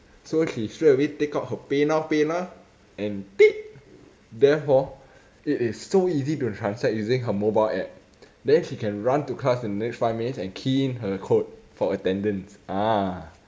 so she straightaway take out her paynow paylah and therefore it is so easy to transact using her mobile app then she can run to class the next five minutes and key in her code for attendance ah